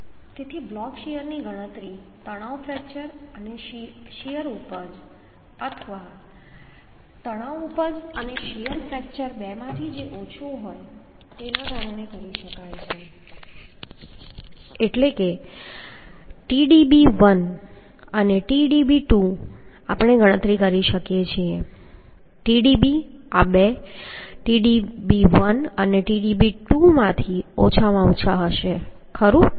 તેથી બ્લોક શીયરની ગણતરી તણાવ ફ્રેક્ચર અને શીયર ઉપજ અથવા તણાવ ઉપજ અને શીયર ફ્રેક્ચર બેમાંથી જે ઓછું હોય તેના કારણે કરી શકાય છે એટલે કે Tdb1 અને Tdb2 આપણે ગણતરી કરી શકીએ છીએ અને Tdb આ બે Tdb1 અને Tdb2માંથી ઓછામાં ઓછા હશે ખરું